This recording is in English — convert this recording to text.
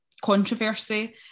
controversy